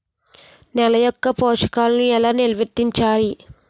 నెల యెక్క పోషకాలను ఎలా నిల్వర్తించాలి